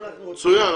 מצוין.